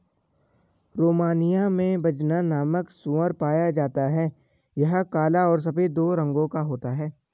Romania में Bazna नामक सूअर पाया जाता है यह काला और सफेद दो रंगो का होता है